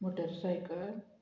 motorcycle